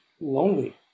lonely